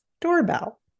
doorbell